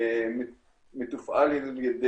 בעצם את חיסון תאי M רנ"א המציאו כחיסון טוב יותר מחיסוני הדנ"א.